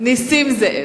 נסים זאב.